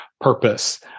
purpose